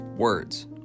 Words